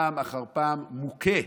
פעם אחר פעם מוכה,